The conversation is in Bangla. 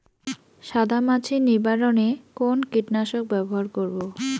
সাদা মাছি নিবারণ এ কোন কীটনাশক ব্যবহার করব?